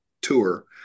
tour